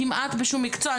כמעט בשום מקצוע.